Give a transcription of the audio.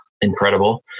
incredible